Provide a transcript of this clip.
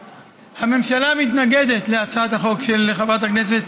הממשלה מתנגדת להצעת החוק של חברת הכנסת